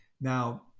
Now